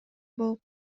болуп